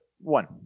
One